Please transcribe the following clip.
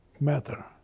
matter